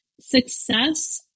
Success